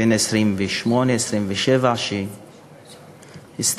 בן 27, 28, שהסתבך.